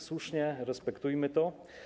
Słusznie, respektujmy to.